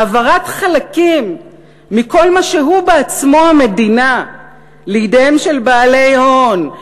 העברת חלקים מכל מה שהוא בעצמו המדינה לידיהם של בעלי הון,